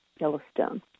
Yellowstone